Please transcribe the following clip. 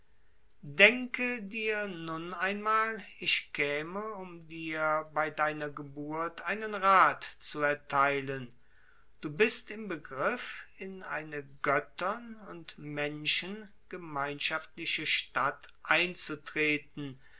denke dir nun einmal ich käme um dir bei deiner geburt einen rath zu ertheilen du bist im begriff in eine göttern und menschen gemeinschaftliche stadt einzutreten